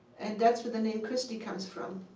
and that's where the name christy comes from.